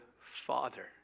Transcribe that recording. Father